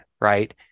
right